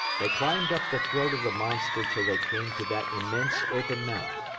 they climbed up the throat of the monster till they came to that immense open mouth.